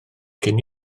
cyn